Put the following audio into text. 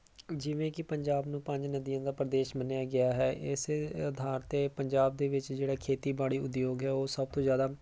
ਜਿਵੇਂ ਕਿ ਪੰਜਾਬ ਨੂੰ ਪੰਜ ਨਦੀਆਂ ਦਾ ਪਰਦੇਸ਼ ਮੰਨਿਆ ਗਿਆ ਹੈ ਇਸ ਅਧਾਰ 'ਤੇ ਪੰਜਾਬ ਦੇ ਵਿੱਚ ਜਿਹੜਾ ਖੇਤੀਬਾੜੀ ਉਦਯੋਗ ਹੈ ਉਹ ਸਭ ਤੋਂ ਜ਼ਿਆਦਾ